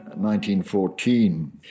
1914